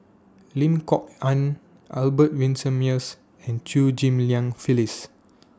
Lim Kok Ann Albert Winsemius and Chew Ghim Lian Phyllis